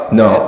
no